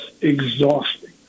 exhausting